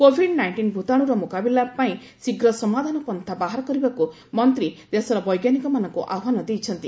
Covid nineteen ଭୂତାଣୁର ମୁକାବିଲା ପାଇଁ ଶୀଘ୍ର ସମାଧାନ ପନ୍ତା ବାହାର କରିବାକୁ ମନ୍ତ୍ରୀ ଦେଶର ବୈଜ୍ଞାନିକମାନଙ୍କୁ ଆହ୍ୱାନ ଦେଇଛନ୍ତି